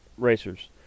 racers